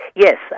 Yes